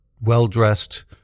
well-dressed